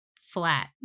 flat